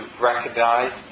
recognized